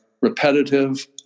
repetitive